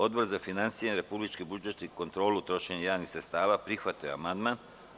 Odbor za finansije, republički budžet i kontrolu trošenja javnih sredstava prihvatio je amandman.